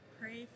pray